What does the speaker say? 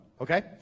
okay